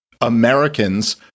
Americans